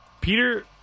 Peter